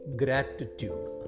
gratitude